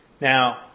Now